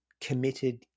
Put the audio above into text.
committed